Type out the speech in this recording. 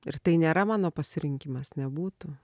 ir tai nėra mano pasirinkimas nebūtų